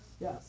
Yes